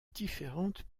différentes